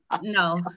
No